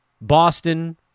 Boston